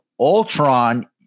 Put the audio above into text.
Ultron